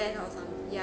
or some yeah